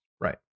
Right